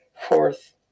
Fourth